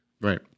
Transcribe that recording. Right